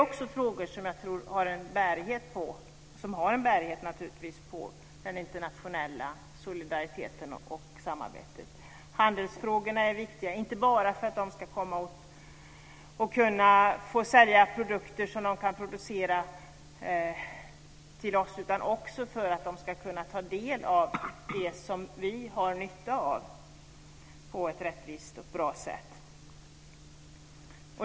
Dessa frågor har bärighet på den internationella solidariteten och samarbetet. Handelsfrågorna är viktiga, inte bara för att länderna ska komma åt att få sälja produkter till oss men också för att de ska kunna ta del av det som vi har nytta av på ett rättvist och bra sätt.